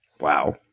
Wow